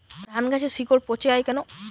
ধানগাছের শিকড় পচে য়ায় কেন?